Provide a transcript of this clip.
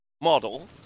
model